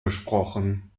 gesprochen